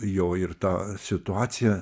jo ir tą situaciją